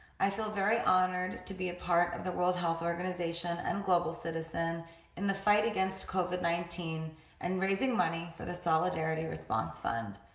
i feel very honored to be a part of the world health organization and global citizen in the fight against covid nineteen and raising money for the solidarity response fund.